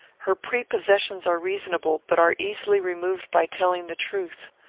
her prepossessions are reasonable, but are easily removed by telling the truth.